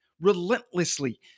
relentlessly